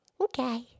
Okay